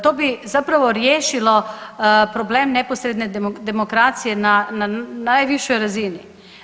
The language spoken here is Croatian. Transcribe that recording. To bi zapravo riješilo problem neposredne demokracije na najvišoj razini.